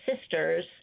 sisters